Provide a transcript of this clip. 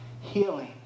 healing